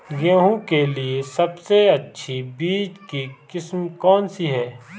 गेहूँ के लिए सबसे अच्छी बीज की किस्म कौनसी है?